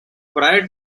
prior